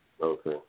Okay